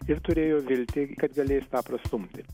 ir turėjo viltį kad galės tą prastumti